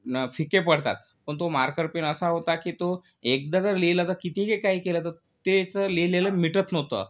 फिके पडतात पण तो मार्कर पेन असा होता की तो एकदा जर लिहिलं तर किती ही काय केलं तर त्याचं लिहिलेलं मिटत नव्हतं